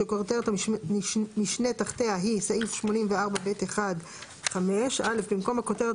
שכותרת המשנה שתחתימה היא "(סעיף 84(ב1)(5))" - במקום הכותרת